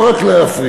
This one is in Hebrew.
לא רק להפריע.